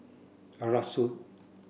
Arasu